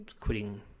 quitting